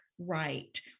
right